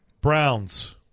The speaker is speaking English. Browns